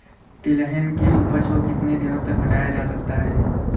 तिलहन की उपज को कितनी दिनों तक बचाया जा सकता है?